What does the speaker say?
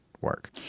work